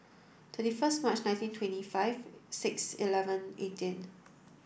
thirty first March nineteen twenty five six eleven eighteen